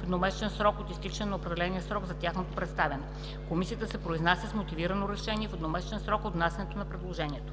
в едномесечен срок от изтичането на определения срок за тяхното представяне. Комисията се произнася с мотивирано решение в едномесечен срок от внасянето на предложението.